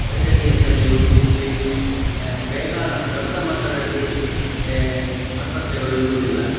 ವೈದ್ಯಕೀಯ ಸೇವೆಯು ಇಲ್ಲಿ ಬೇಕಾದ ದೊಡ್ಡ ಮಟ್ಟದಲ್ಲಿ ಆಸ್ಪತ್ರೆಗಳು ಇರುವುದಿಲ್ಲ